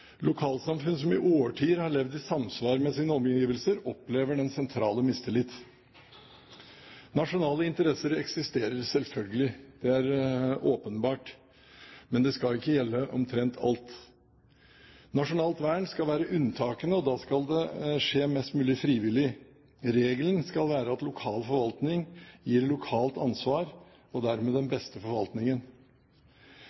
Lokalsamfunn som i årtier har levd i samsvar med sine omgivelser, opplever den sentrale mistillit. Nasjonale interesser eksisterer selvfølgelig, det er åpenbart, men det skal ikke gjelde omtrent alt. Nasjonalt vern skal være unntaket, og da skal det skje mest mulig frivillig. Regelen skal være at lokal forvaltning gir lokalt ansvar og dermed den